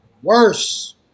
Worse